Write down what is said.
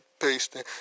pasting